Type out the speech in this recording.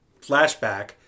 flashback